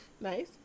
nice